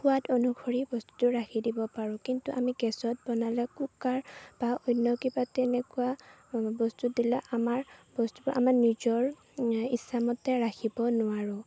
সোৱাদ অনুসৰি বস্তু ৰাখি দিব পাৰোঁ কিন্তু আমি গেছত বনালে কুকাৰ বা অন্য কিবা তেনেকুৱা বস্তুত দিলে আমাৰ বস্তুবোৰ আমাৰ নিজৰ ইচ্ছামতে ৰাখিব নোৱাৰোঁ